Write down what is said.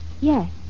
Yes